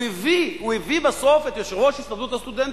הוא הביא בסוף את יושב-ראש הסתדרות הסטודנטים,